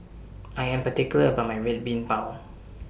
I Am particular about My Red Bean Bao